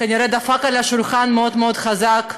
דפק על השולחן מאוד מאוד חזק,